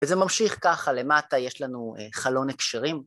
וזה ממשיך ככה, למטה יש לנו חלון הקשרים.